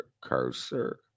cursor